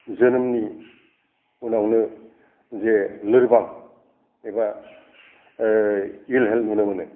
जोनोमनि उनावनो जे लोरबां एबा इल हेल्थ नुनो मोनो